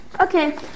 Okay